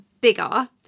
bigger